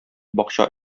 бакча